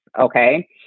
okay